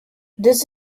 this